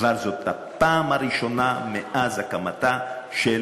אבל זאת הפעם הראשונה מאז הקמתן של